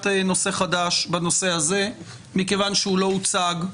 נושא חדש בנושא הזה מכיוון שהוא לא הוצג.